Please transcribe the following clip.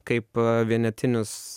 kaip vienetinius